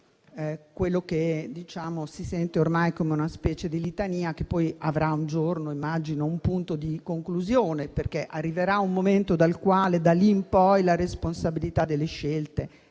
quello che si sente ormai come una specie di litania che poi un giorno avrà - immagino - un punto di conclusione, perché arriverà un momento dal quale da lì in poi la responsabilità delle scelte